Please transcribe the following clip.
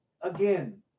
again